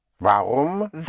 Warum